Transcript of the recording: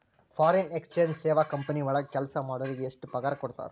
Foreign exchange ಸೇವಾ company ವಳಗ್ ಕೆಲ್ಸಾ ಮಾಡೊರಿಗೆ ಎಷ್ಟ್ ಪಗಾರಾ ಕೊಡ್ತಾರ?